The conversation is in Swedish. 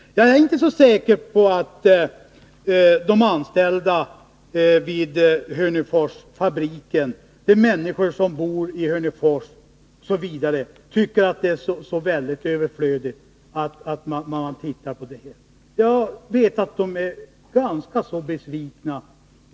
Jag är inte så säker på att de anställda vid Hörneforsfabriken och de människor som bor i Hörnefors tycker att det är så överflödigt att man tittar på den här frågan. Jag vet att de är mycket besvikna.